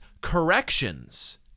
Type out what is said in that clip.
corrections